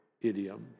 idiom